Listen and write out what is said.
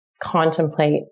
contemplate